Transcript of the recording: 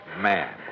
man